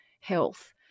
health